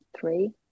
three